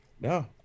no